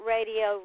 Radio